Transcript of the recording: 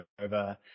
over